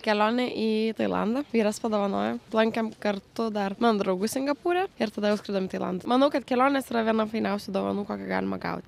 kelionę į tailandą vyras padovanojo lankėm kartu dar mano draugus singapūre ir tada jau skridom į tailandą manau kad kelionės yra viena fainiausių dovanų kokią galima gauti